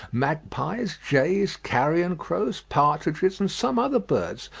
magpies, jays, carrion-crows, partridges, and some other birds,